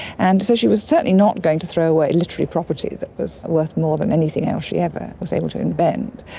and so she was certainly not going to throw away literary property that was worth more than anything else she ever was able to invent.